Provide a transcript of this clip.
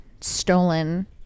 stolen